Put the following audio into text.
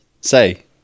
say